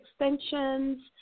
extensions